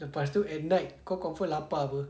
lepastu end up kau confirm lapar [pe]